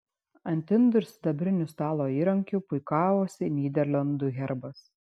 ant indų ir sidabrinių stalo įrankių puikavosi nyderlandų herbas